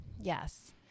Yes